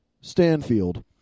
Stanfield